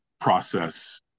process